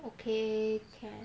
okay can